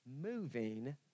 Moving